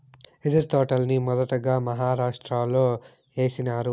యెదురు తోటల్ని మొదటగా మహారాష్ట్రలో ఏసినారు